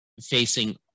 facing